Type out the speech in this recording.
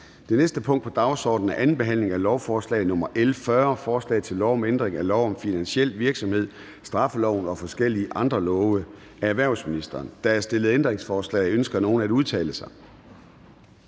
Det næste punkt på dagsordenen er: 4) 2. behandling af lovforslag nr. L 40: Forslag til lov om ændring af lov om finansiel virksomhed, straffeloven og forskellige andre love. (Gennemførelse af Ansvarsudvalgets forslag om skærpet ansvarsvurdering